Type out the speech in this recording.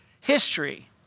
history